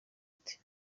ati